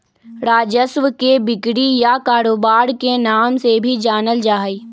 राजस्व के बिक्री या कारोबार के नाम से भी जानल जा हई